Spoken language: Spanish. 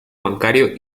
bancario